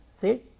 See